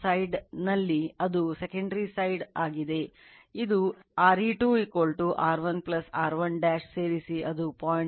ಆದ್ದರಿಂದ ಈಗ low voltage side ವಾಗಿದೆ ಇದು RE2 R2 R1 ಸೇರಿಸಿ ಅದು 0